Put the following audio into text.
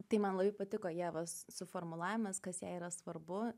tai man labai patiko ievos suformulavimas kas jai yra svarbu